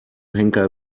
henker